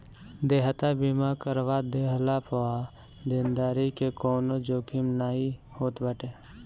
देयता बीमा करवा लेहला पअ देनदारी के कवनो जोखिम नाइ होत बाटे